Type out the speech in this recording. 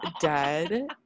dead